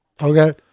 Okay